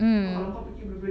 mm